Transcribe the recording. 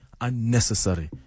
unnecessary